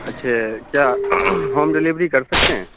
اچھے کیا home delivery کر سکتے ہیں